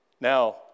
Now